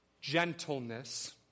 Gentleness